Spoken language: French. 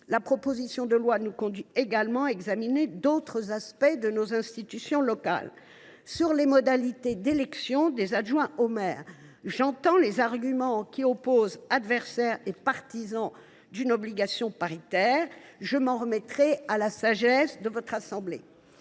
proposition de loi nous conduit également à examiner d’autres aspects de nos institutions locales. Sur les modalités d’élection des adjoints au maire, j’entends les arguments qui opposent les adversaires et les partisans d’une obligation paritaire. Je m’en remettrai, sur ce point, à la sagesse de votre assemblée.